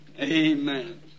Amen